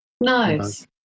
Nice